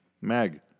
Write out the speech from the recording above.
Meg